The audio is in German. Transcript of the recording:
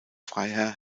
freiherr